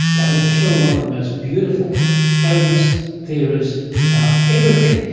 that will kill one of the most beautiful, famous theories about everything.